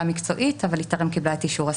המקצועית אבל היא טרם קיבלה את אישור השר.